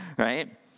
right